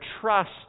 trust